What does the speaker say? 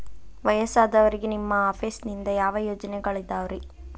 ವಯಸ್ಸಾದವರಿಗೆ ನಿಮ್ಮ ಆಫೇಸ್ ನಿಂದ ಯಾವ ಯೋಜನೆಗಳಿದಾವ್ರಿ?